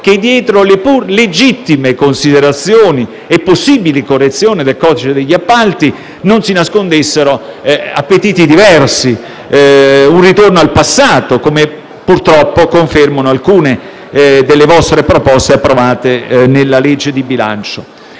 che, dietro le pur legittime considerazioni e possibili correzioni del codice degli appalti, si nascondessero appetiti diversi, come un ritorno al passato, come purtroppo confermano alcune delle vostre proposte approvate nella legge di bilancio.